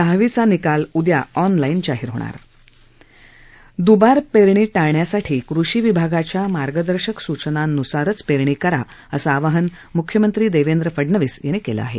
दहावीचा निकाल उद्या ऑनलाईन जाहीर होणार द्बार पेरणी टाळण्यासाठी कृषी विभागाच्या मार्गदर्शक सूचनांन्सारच पेरणी करा असं आवाहन म्ख्यमंत्री देवेंद्र फडणवीस यांनी केलं आहे